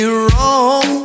wrong